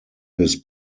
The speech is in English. his